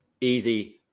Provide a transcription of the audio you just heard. easy